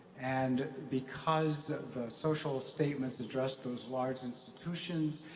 and because the social statements address those large institutions,